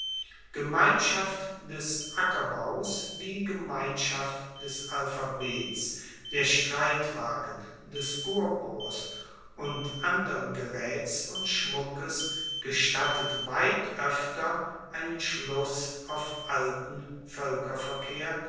gemeinschaft des ackerbaus wie gemeinschaft des alphabets der streitwagen des purpurs und andern geraets und schmuckes gestattet weit oefter einen schluss auf alten